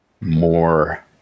More